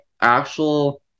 actual